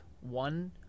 one